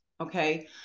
Okay